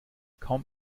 kaum